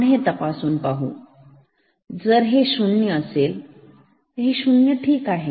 आपण हे तपासून पाहू जर हे शून्य असेल हे शून्य आहे ठीक